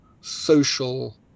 social